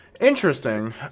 Interesting